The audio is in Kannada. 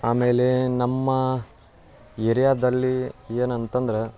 ಆಮೇಲೆ ನಮ್ಮ ಏರ್ಯಾದಲ್ಲಿ ಏನಂತಂದ್ರೆ